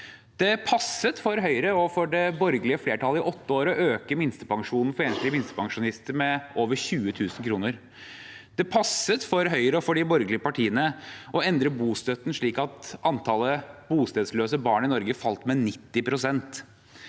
det passet for Høyre og for det borgerlige flertallet i åtte år å øke minstepensjonen for enslige minstepensjonister med over 20 000 kr. Det passet for Høyre og for de borgerlige partiene å endre bostøtten, slik at antallet bostedsløse barn i Norge falt med 90 pst.